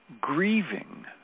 grieving